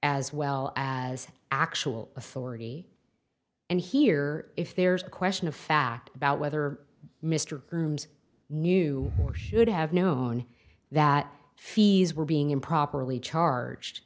as well as actual authority and here if there's a question of fact about whether mr grooms knew or should have known that fees were being improperly charged